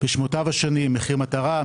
בשמותיו השונים: מחיר מטרה,